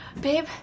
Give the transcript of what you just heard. babe